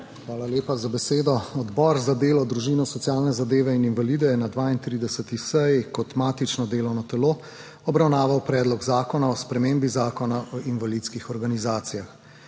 Hvala lepa za besedo. Odbor za delo, družino, socialne zadeve in invalide je na 32. seji kot matično delovno telo obravnaval Predlog zakona o spremembi Zakona o invalidskih organizacijah.